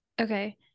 Okay